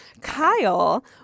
Kyle